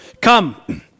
Come